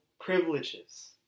privileges